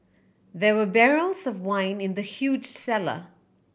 there were barrels of wine in the huge cellar